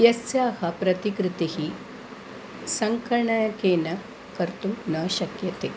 यस्याः प्रतिकृतिः सङ्कणकेन कर्तुं न शक्यते